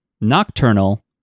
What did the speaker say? Nocturnal